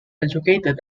educated